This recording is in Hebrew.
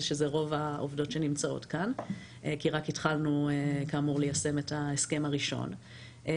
שזה רוב העובדות שנמצאות כאן כי רק התחלנו ליישם את ההסכם הראשון,